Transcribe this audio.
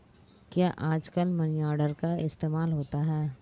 क्या आजकल money order का इस्तेमाल होता है?